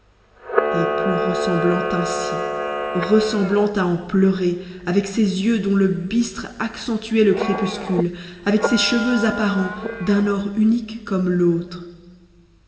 et plus ressemblante ainsi ressemblante à en pleurer avec ses yeux dont le bistre accentuait le crépuscule avec ses cheveux apparents d'un or unique comme l'autre